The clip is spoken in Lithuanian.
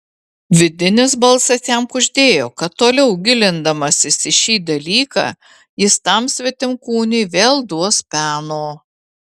vidinis balsas jam kuždėjo kad toliau gilindamasis į šį dalyką jis tam svetimkūniui vėl duos peno